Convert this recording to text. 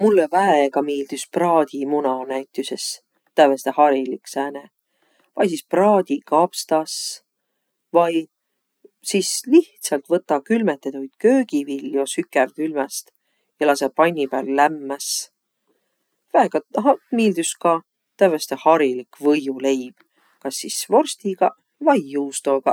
Mullõ väega miildüs praadimuna näütüses. Tävveste harilik sääne. Vai sis praadikapstas. Vai sis lihtsält võtaq külmetedüid köögiviljo sükävkülmäst ja lasõq panni pääl lämmäs. Väega miildüs ka tävveste harilik võiuleib kas sis vorstigaq vai juustogaq.